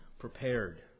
prepared